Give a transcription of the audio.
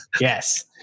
Yes